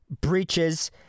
breaches